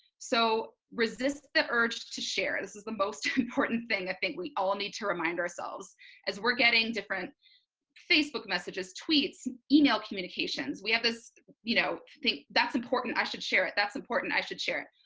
so resist the urge to share. this is the most important thing i think we all need to remind ourselves as we're getting different facebook messages, tweets, email communications. we have this you i know think that's important i should share it, that's important i should share it.